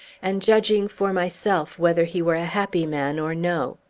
and judging for myself whether he were a happy man or no.